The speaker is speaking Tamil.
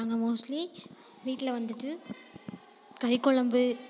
நாங்கள் மோஸ்ட்லி வீட்டில் வந்துட்டு கறி கொழம்பு